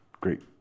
great